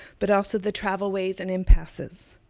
but also the travel ways and impasses.